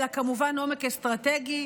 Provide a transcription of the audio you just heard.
אלא כמובן עומק אסטרטגי,